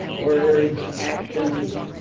words actions,